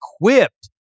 equipped